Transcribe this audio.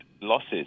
losses